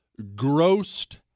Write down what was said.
grossed